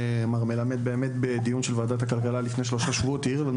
מר מלמד באמת בדיון של ועדת הכלכלה לפני שלושה שבועות העיר לנו